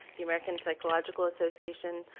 the american psychological association,